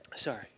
Sorry